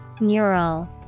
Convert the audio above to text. Neural